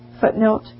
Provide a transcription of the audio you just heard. footnote